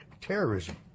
terrorism